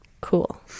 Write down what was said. Cool